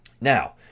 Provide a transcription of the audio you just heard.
Now